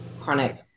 chronic